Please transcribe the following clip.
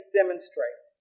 demonstrates